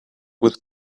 was